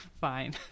fine